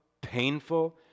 painful